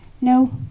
No